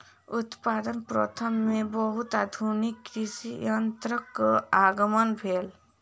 उत्पादन प्रथा में बहुत आधुनिक कृषि यंत्रक आगमन भेल